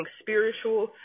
spiritual